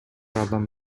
адам